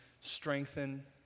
strengthen